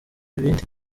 ibindi